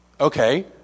Okay